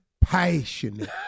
passionate